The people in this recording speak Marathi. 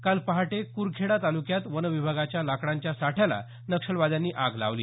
काल पहाटे कुरखेडा तालुक्यात वनविभागाच्या लाकडांच्या साठ्याला नक्षलवाद्यांनी आग लावली